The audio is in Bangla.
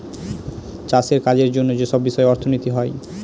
চাষের কাজের জন্য যেসব বিষয়ে অর্থনীতি হয়